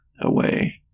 away